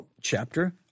chapter